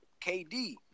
KD